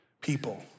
people